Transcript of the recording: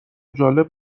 جالب